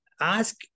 Ask